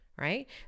Right